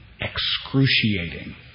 excruciating